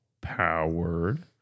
powered